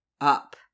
up